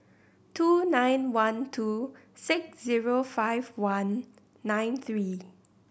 two nine one two six zero five one nine three